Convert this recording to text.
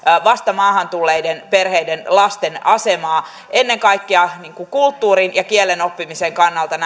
vasta maahan tulleiden perheiden lasten asemaa ennen kaikkea kulttuurin ja kielen oppimisen kannalta